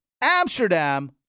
Amsterdam